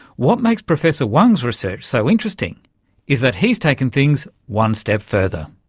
what makes professor wang's research so interesting is that he's taken things one step further.